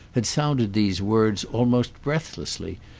had sounded these words almost breathlessly,